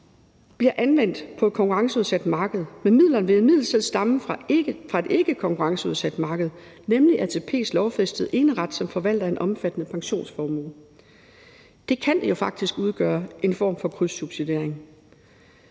bliver anvendt på et konkurrenceudsat marked, men midlerne vil imidlertid stamme fra et ikkekonkurrenceudsat marked, nemlig ATP's lovfæstede eneret som forvalter af en omfattende pensionsformue. Det kan jo faktisk udgøre en form for krydssubsidiering.